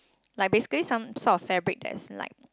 like basically some sort of fabric that is like